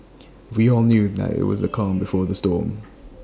we all knew that IT was the calm before the storm